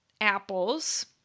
apples